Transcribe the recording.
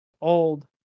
Old